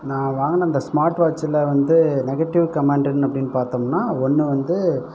நான் வாங்கின இந்த ஸ்மார்ட் வாட்சில் வந்து நெகட்டிவ் கமெண்ட்டுனு அப்படின்னு பார்த்தோம்ன்னா ஒன்று வந்து